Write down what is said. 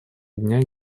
дня